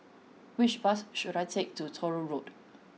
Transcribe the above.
which bus should I take to Truro Road